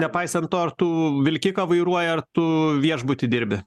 nepaisant to ar tu vilkiką vairuoji ar tu viešbuty dirbi